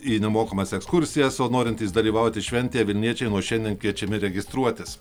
į nemokamas ekskursijas o norintys dalyvauti šventėje vilniečiai nuo šiandien kviečiami registruotis